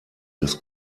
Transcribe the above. des